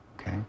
Okay